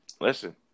listen